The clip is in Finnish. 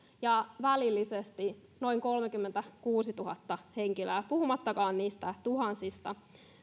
ja välillisesti noin kolmekymmentäkuusituhatta henkilöä puhumattakaan niistä tuhansista